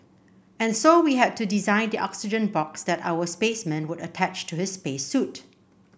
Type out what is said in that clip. and so we had to design the oxygen box that our spaceman would attach to his space suit